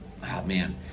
man